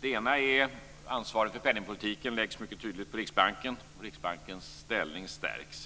Den första förändringen är att ansvaret för penningpolitiken mycket tydligt läggs på Riksbanken. Riksbankens ställning stärks.